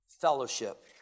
fellowship